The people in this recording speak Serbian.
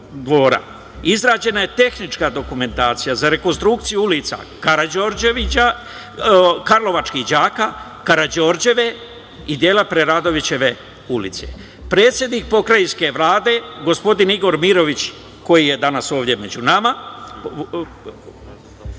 Izrađena je tehnička dokumentacija za rekonstrukciju ulica Karlovačkih đaka, Karađorđeve i dela Preradovićeve ulice. Predsednik pokrajinske Vlade, gospodin Igor Mirović, koji je danas ovde među nama,